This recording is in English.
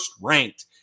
ranked